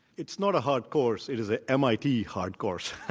it's not a hard course. it is an mit hard course.